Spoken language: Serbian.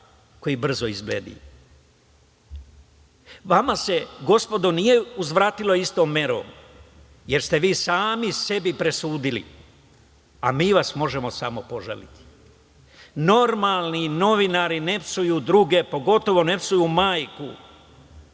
koji brzo izbledi. Vama se, gospodo, nije uzvratilo istom merom, jer ste vi sami sebi presudili, a mi vas možemo samo poželeti. Normalni novinari ne psuju druge, pogotovo ne psuju majku.